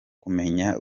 kumenya